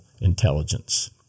intelligence